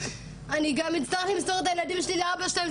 אני גם יצטרך למסור את הילדים שלי לאבא שלהם,